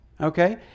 okay